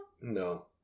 No